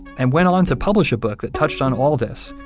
and went on to publish a book that touched on all this,